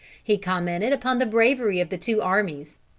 he commented upon the bravery of the two armies,